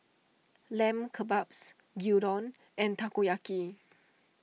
Lamb Kebabs Gyudon and Takoyaki